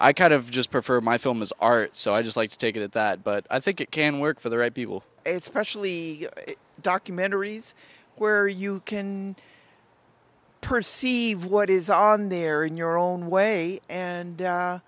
i kind of just prefer my films are so i just like to take it at that but i think it can work for the right people it's partially documentaries where you can perceive what is on there in your own way and